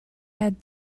had